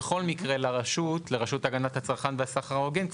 בכל מקרה לרשות להגנת הצרכן ולסחר הוגן,